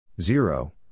zero